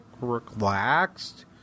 relaxed